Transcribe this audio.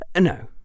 No